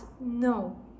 No